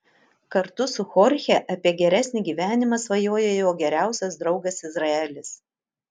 kartu su chorche apie geresnį gyvenimą svajoja jo geriausias draugas izraelis